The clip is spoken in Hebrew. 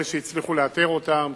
אלה שהצליחו לאתר אותם.